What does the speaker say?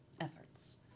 efforts